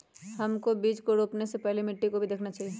हमको बीज को रोपने से पहले मिट्टी को भी देखना चाहिए?